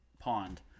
pond